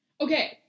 Okay